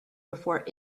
before